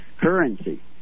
currency